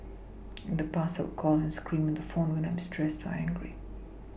in the past I would call and scream on the phone when I'm stressed or angry